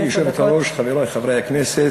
גברתי היושבת-ראש, חברי חברי הכנסת,